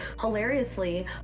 Hilariously